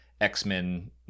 X-Men